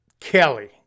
Kelly